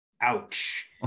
Ouch